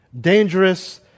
dangerous